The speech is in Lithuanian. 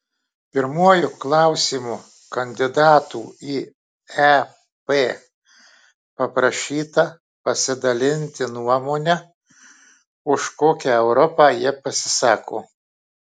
pirmuoju klausimu kandidatų į ep paprašyta pasidalinti nuomone už kokią europą jie pasisako